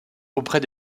auprès